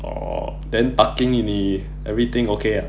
orh then parking 你 everything okay ah